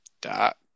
dot